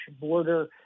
border